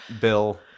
Bill